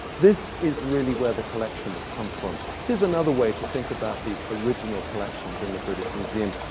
this is really where the collections come from. here's another way to think about these original collections in the british museum.